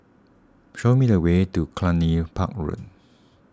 show me the way to Cluny Park Road